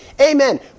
Amen